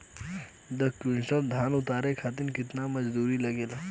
दस क्विंटल धान उतारे खातिर कितना मजदूरी लगे ला?